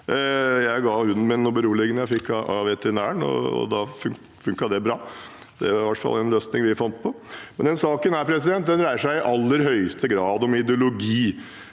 Jeg ga hunden min noe beroligende jeg fikk av veterinæren, og da funket det bra. Det var i hvert fall en løsning vi fant. Denne saken dreier seg i aller høyeste grad om ideologi.